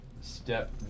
step